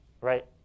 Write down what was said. right